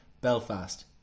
Belfast